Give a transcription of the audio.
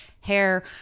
hair